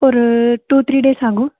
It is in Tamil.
ஒரு டூ த்ரீ டேஸ் ஆகும்